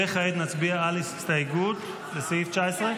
וכעת נצביע על הסתייגות לסעיף 19,